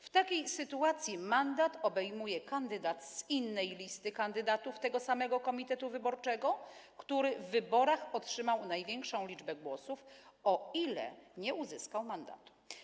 W takiej sytuacji mandat obejmuje kandydat z innej listy kandydatów tego samego komitetu wyborczego, który w wyborach otrzymał największą liczbę głosów, o ile nie uzyskał mandatu.